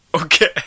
Okay